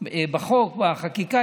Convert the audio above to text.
החקיקה,